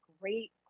great